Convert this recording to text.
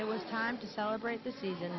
it was time to celebrate the season